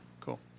Cool